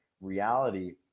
reality